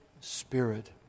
Spirit